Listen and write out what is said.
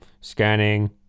scanning